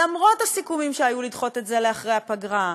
למרות הסיכומים שהיו לדחות את זה לאחרי הפגרה,